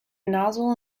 nozzle